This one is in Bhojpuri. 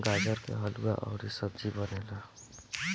गाजर के हलुआ अउरी सब्जी बनेला